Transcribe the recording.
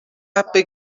حبه